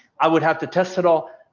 i would have to test it all.